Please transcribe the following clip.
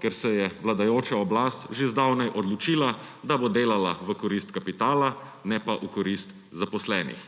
Ker se je vladajoča oblast že zdavnaj odločila, da bo delala v korist kapitala, ne pa v korist zaposlenih.